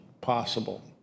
possible